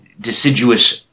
deciduous